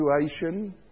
situation